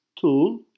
tool